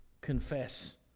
confess